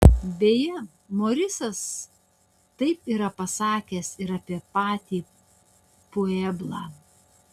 beje morisas taip yra pasakęs ir apie patį pueblą